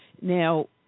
Now